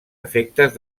efectes